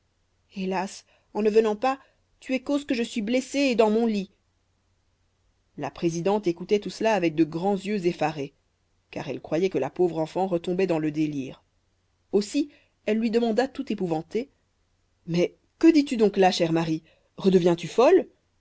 hélas en ne venant pas tu es cause que je suis blessée et dans mon lit la présidente écoutait tout cela avec de grands yeux effarés car elle croyait que la pauvre enfant retombait dans le délire aussi elle lui demanda tout épouvantée mais que dis-tu donc là chère marie redeviens tu folle